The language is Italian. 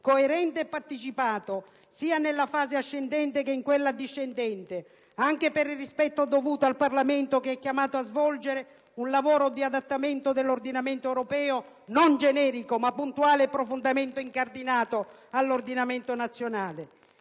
coerente e partecipato sia nella fase ascendente, che in quella discendente, anche per il rispetto dovuto al Parlamento, che è chiamato a svolgere un lavoro di adattamento all'ordinamento europeo non generico, ma puntuale e profondamente incardinato all'ordinamento nazionale.